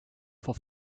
for